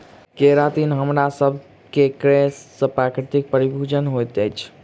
keratin हमरासभ केँ केश में प्राकृतिक प्रोभूजिन होइत अछि